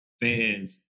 fans